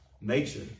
nature